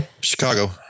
Chicago